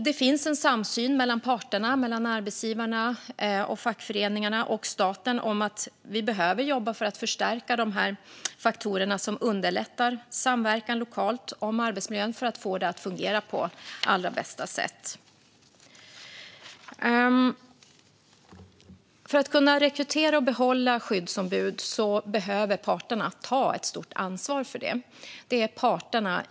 Det finns en samsyn mellan parterna, arbetsgivarna och fackföreningarna, och staten om att vi behöver jobba för att förstärka de faktorer som underlättar samverkan lokalt om arbetsmiljön för att få det att fungera på allra bästa sätt. Parterna behöver ta ett stort ansvar när det gäller att rekrytera och behålla skyddsombud.